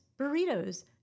burritos